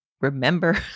remember